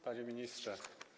Panie Ministrze!